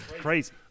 crazy